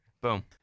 Boom